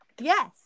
Yes